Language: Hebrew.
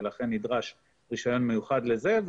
ולכן נדרש רישיון מיוחד לזה.